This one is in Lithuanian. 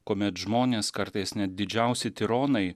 kuomet žmonės kartais net didžiausi tironai